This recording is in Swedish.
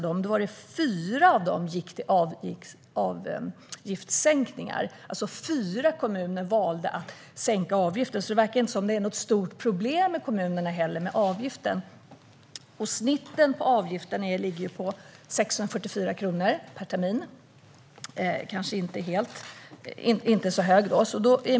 Det var fyra som gick till avgiftssänkningar. Det var fyra kommuner som valde att sänka avgifterna. Det verkar inte som det heller är något stort problem i kommunerna med avgiften. Snittet på avgiften ligger på 644 kronor per termin. Den är kanske inte så hög.